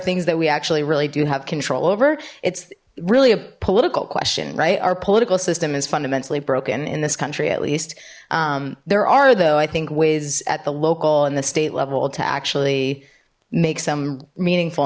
things that we actually really do have control over it's really a political question right our political system is fundamentally broken in this country at least there are though i think whiz at the local and the state level to actually make some meaningful